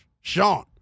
Sean